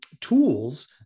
tools